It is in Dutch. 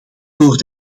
door